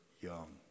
young